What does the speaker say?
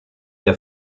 der